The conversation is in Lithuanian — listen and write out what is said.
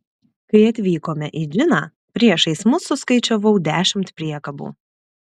kai atvykome į džiną priešais mus suskaičiavau dešimt priekabų